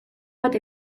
bat